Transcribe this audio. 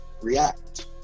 react